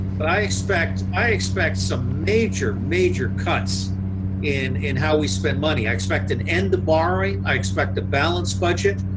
but i expect i expect some major, major cuts in in how we spend money. i expect an end to borrowing. i expect a balanced budget.